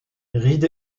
reed